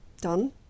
done